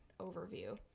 overview